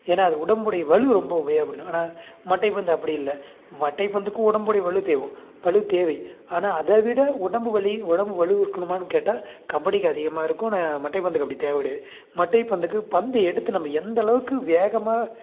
ஏன்னால் அது உடம்புடைய வலு ரொம்ப உபயோகப்படும் ஆனால் மட்டைப்பந்து அப்படி இல்லை மட்டைப்பந்துக்கும் உடம்புடைய வலு தேவும் வலு தேவை ஆனால் அதை விட உடம்பு வலி உடம்பு வலு இருக்கணுமான்னு கேட்டால் கபடிக்கு அதிகமாக இருக்கும் ஆனால் மட்டைப்பந்துக்கு அப்படி தேவை கிடையாது மட்டைப்பந்துக்கு பந்து எடுத்து நம்ப எந்த அளவுக்கு வேகமாக